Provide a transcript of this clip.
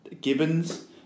Gibbons